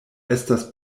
estas